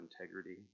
integrity